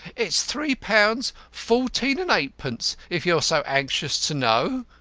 it's three pounds fourteen and eightpence, if you're so anxious to know,